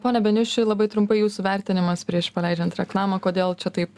pone beniuši labai trumpai jūsų vertinimas prieš paleidžiant reklamą kodėl čia taip